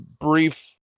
brief